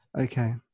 Okay